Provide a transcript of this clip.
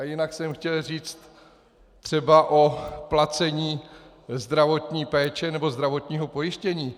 Jinak jsem chtěl říci třeba o placení zdravotní péče nebo zdravotního pojištění.